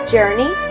Journey